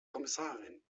kommissarin